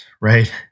right